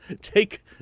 take